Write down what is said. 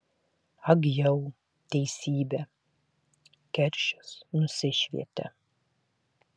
ag jau teisybė keršis nusišvietė